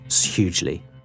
hugely